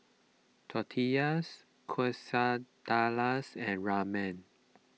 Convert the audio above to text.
Tortillas Quesadillas and Ramen